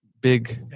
Big